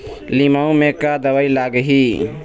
लिमाऊ मे का दवई लागिही?